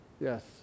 Yes